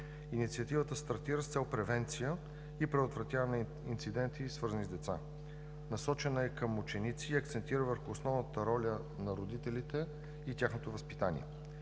Инициативата стартира с цел превенция и предотвратяване на инциденти, свързани с деца. Насочена е към ученици и акцентира върху основната роля на родителите и тяхното възпитание.